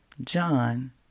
John